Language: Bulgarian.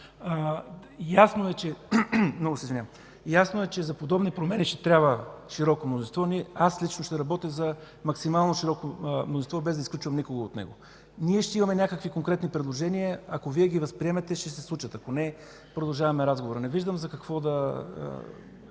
Ясно е, че за подобни промени ще трябва широко мнозинство. Аз лично ще работя за максимално широко мнозинство, без да изключвам никого от него. Ние ще имаме някакви конкретни предложения – ако Вие ги възприемете, ще се случат, ако не – продължаваме разговора. Не виждам за какво да